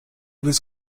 was